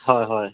হয় হয়